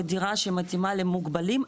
או דירה שמתאימה למוגבלים,